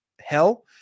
hell